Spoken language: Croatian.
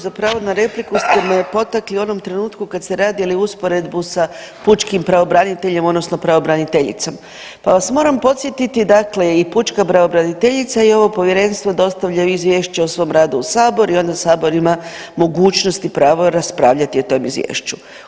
Zapravo na repliku ste me potakli u onom trenutku kad ste radili usporedbu sa pučkim pravobraniteljem odnosno pravobraniteljicom pa vas moram podsjetiti, dakle i pučka pravobraniteljica i ovo Povjerenstvo dostavljaju izvješće o svom radu u Sabor i onda Sabor ima mogućnosti i pravo raspravljati o tom Izvješću.